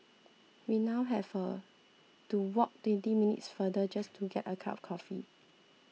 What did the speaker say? we now have a to walk twenty minutes farther just to get a cup of coffee